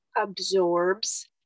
absorbs